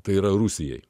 tai yra rusijai